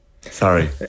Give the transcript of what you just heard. Sorry